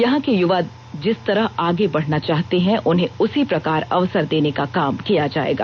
यहां के युवा जिस तरह आगे बढ़ना चाहते हैं उन्हें उसी प्रकार अवसर देने का काम किया जाएगा